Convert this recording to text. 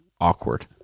awkward